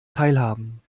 teilhaben